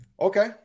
Okay